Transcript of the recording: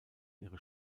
ihre